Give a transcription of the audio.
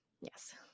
Yes